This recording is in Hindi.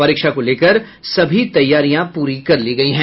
परीक्षा को लेकर सभी तैयारियां पूरी कर ली गयी है